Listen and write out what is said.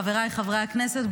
חבריי חברי הכנסת,